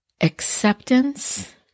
acceptance